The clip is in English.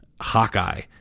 Hawkeye